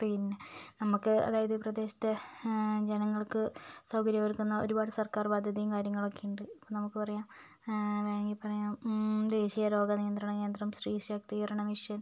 പിന്നെ നമുക്ക് അതായത് പ്രദേശത്തെ ജനങ്ങൾക്ക് സൗകര്യമൊരുക്കുന്ന ഒരുപാട് സർക്കാർ പദ്ധതിയും കാര്യങ്ങളൊക്കെ ഉണ്ട് അപ്പോൾ നമുക്ക് പറയാം വേണമെങ്കിൽ പറയാം ദേശീയ രോഗനിയന്ത്രണ കേന്ദ്രം സ്ത്രീ ശാക്തീകരണ മിഷൻ